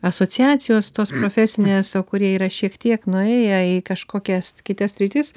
asociacijos tos profesinės o kurie yra šiek tiek nuėję į kažkokias kitas sritis